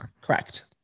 Correct